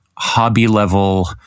hobby-level